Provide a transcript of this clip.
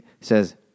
says